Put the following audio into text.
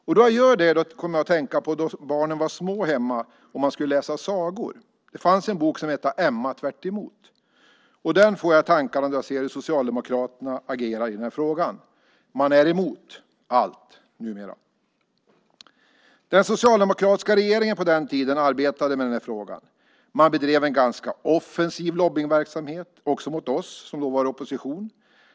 Jag kommer att tänka på hur det var hemma då barnen var små och man skulle läsa sagor. Jag tänker på boken Emma Tvärtemot . Det är den boken jag har i tankarna när jag ser hur Socialdemokraterna agerar i den aktuella frågan. Numera är man emot allt. Den socialdemokratiska regeringen arbetade på sin tid med frågan. Man bedrev en ganska offensiv lobbningsverksamhet också mot oss som då var i opposition.